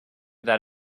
that